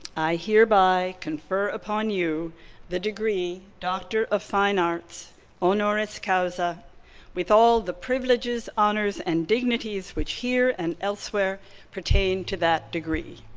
i hereby confer upon you the degree doctor of fine arts honoris causa with all the privileges, honors, and dignities which here and elsewhere pertain to that degree.